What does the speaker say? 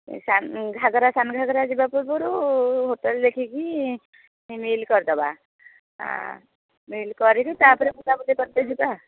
ଏ ସାନଘାଗରା ସାନଘାଗରା ଯିବା ପୁର୍ବରୁ ହୋଟେଲ୍ ଦେଖିକି ମିଲ୍ କରିଦେବା ମିଲ୍ କରିକି ତା'ପରେ ପୂଜା ପୂଜି କରତେ ଯିବା